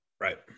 Right